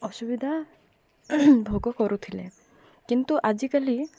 ଅସୁବିଧା ଭୋଗ କରୁଥିଲେ କିନ୍ତୁ ଆଜିକାଲି